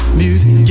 music